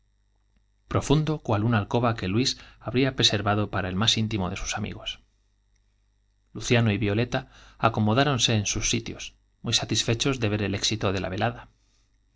profundo cual una alcoba que luis había preservado para el más íntimo de sus amigos luciano y violeta acornodáronse en sus sitios muy satisfechos de ver el éxito de la velada